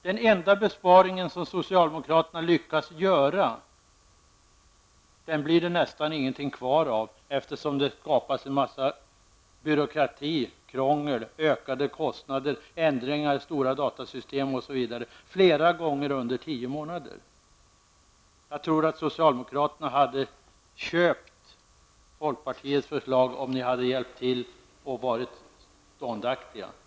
Den enda besparing som socialdemokraterna har lyckats genomföra blir det nästan ingenting kvar av, eftersom det skapas en massa byråkrati, krångel, ökade kostnader, ändringar i stora datasystem osv. flera gånger under en tidsperiod av tio månader. Jag tror att socialdemokraterna så att säga hade köpt folkpartiets förslag om ni i centerpartiet hade hjälpt till och varit ståndaktiga.